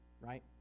right